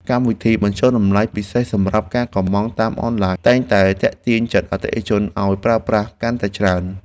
កម្មវិធីបញ្ចុះតម្លៃពិសេសសម្រាប់ការកម្ម៉ង់តាមអនឡាញតែងតែទាក់ទាញចិត្តអតិថិជនឱ្យប្រើប្រាស់កាន់តែច្រើន។